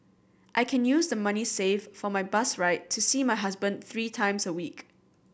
I can use the money saved for my bus ride to see my husband three times a week